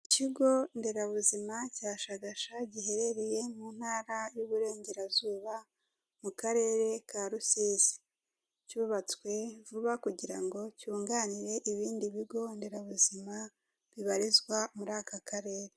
Ikigo nderabuzima cya Shagasha giherereye mu ntara y'Iburengerazuba, mu karere ka Rusizi; cyubatswe vuba kugira ngo cyunganire ibindi bigo nderabuzima bibarizwa muri aka karere.